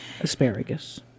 asparagus